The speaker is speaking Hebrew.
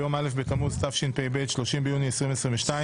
ביום א׳ בתמוז התשפ״ב - 30 ביוני 2022,